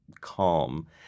calm